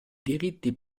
diritti